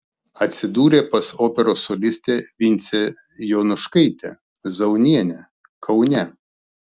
atsidūrė pas operos solistę vincę jonuškaitę zaunienę kaune